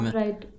right